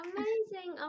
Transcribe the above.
Amazing